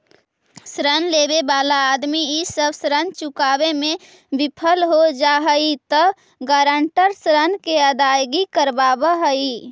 ऋण लेवे वाला आदमी इ सब ऋण चुकावे में विफल हो जा हई त गारंटर ऋण के अदायगी करवावऽ हई